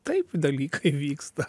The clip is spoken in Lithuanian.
taip dalykai vyksta